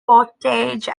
portage